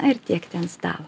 na ir tiekti ant stalo